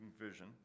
vision